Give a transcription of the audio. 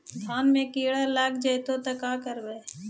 धान मे किड़ा लग जितै तब का करबइ?